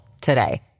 today